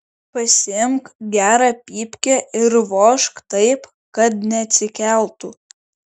pasiimk gerą pypkę ir vožk taip kad neatsikeltų